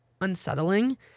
unsettling